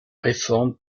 réforme